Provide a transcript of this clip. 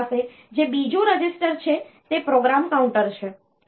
આપણી પાસે જે બીજું રજીસ્ટર છે તે પ્રોગ્રામ કાઉન્ટર છે